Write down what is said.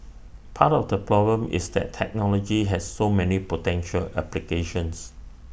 part of the problem is that technology has so many potential applications